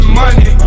money